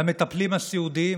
למטפלים הסיעודיים,